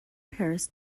paris